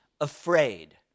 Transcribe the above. afraid